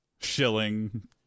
shilling